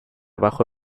bajo